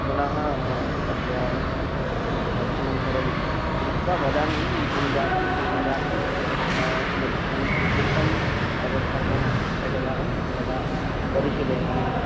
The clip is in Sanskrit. पुनः तस्य दर्शनं करोमि कृत्वा वदामि किं जातं किं न जातं कियद्धनं स्वीकृतं एतत् सर्वम् एकवारं तदा परिशीलयामि